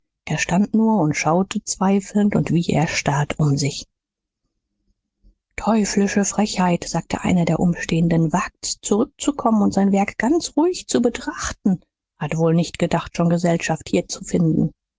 er stand nur und schaute zweifelnd und wie erstarrt um sich teuflische frechheit sagte einer der umstehenden wagt's zurückzukommen und sein werk ganz ruhig zu betrachten hat wohl nicht gedacht schon gesellschaft hier zu finden